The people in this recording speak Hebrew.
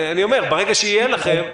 אני אומר שברגע שיהיה לכם...